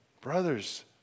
Brothers